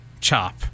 Chop